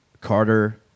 Carter